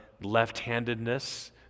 left-handedness